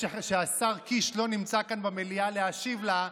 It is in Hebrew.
שהשר קיש לא נמצא במליאה כדי להשיב לה,